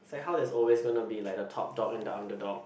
it's like how there's always gonna be like the top dog and the underdog